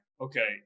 okay